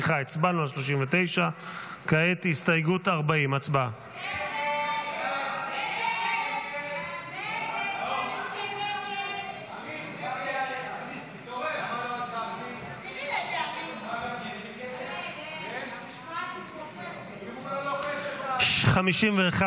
נצביע כעת על הסתייגות 41. הצבעה.